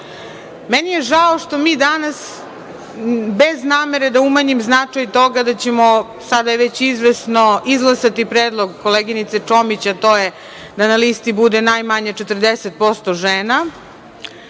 je žao što ćemo mi danas, bez namere da umanjim značaj toga da ćemo, sada je već izvesno, izglasati predlog koleginice Čomić, a to je da na listi bude najmanje 40% žena,